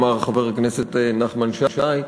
אמר חבר הכנסת נחמן שי,